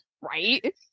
Right